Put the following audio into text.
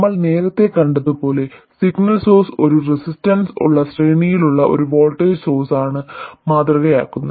നമ്മൾ നേരത്തെ കണ്ടതുപോലെ സിഗ്നൽ സോഴ്സ് ഒരു റെസിസ്റ്റൻസ് ഉള്ള ശ്രേണിയിലുള്ള ഒരു വോൾട്ടേജ് സോഴ്സാണ് മാതൃകയാക്കുന്നത്